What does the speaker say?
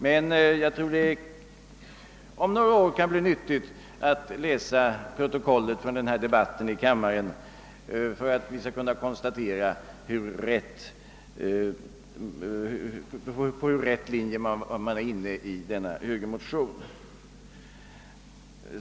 Men jag tror att det om några år kan vara intressant att läsa protokollet från denna debatt i kammaren och då konstatera hur riktig den linje är som man är inne på i högermotionen.